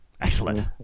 Excellent